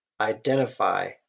Identify